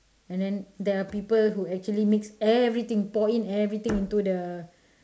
and then there are people who actually mix everything pour in everything into the